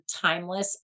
timeless